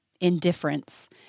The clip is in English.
indifference